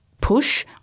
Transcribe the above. push